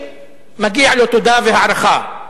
שמגיע לו תודה והערכה.